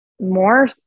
more